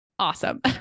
Awesome